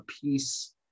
piece